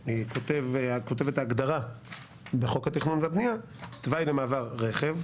כותבת ההגדרה בחוק התכנון והבנייה: תוואי למעבר רכב,